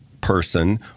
person